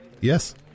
Yes